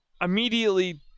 immediately